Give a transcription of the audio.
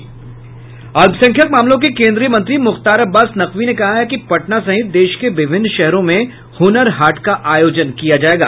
अल्पसंख्यक मामलों के केन्द्रीय मंत्री मुख्तार अब्बास नकवी ने कहा है कि पटना सहित देश के विभिन्न शहरों में हुनर हाट का आयोजन किया जायेगा